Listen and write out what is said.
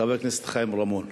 חבר הכנסת חיים רמון.